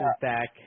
back